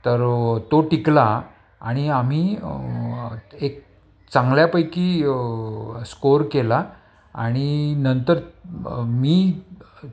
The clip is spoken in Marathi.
तर तो टिकला आणि आम्ही एक चांगल्यापैकी स्कोअर केला आणि नंतर मी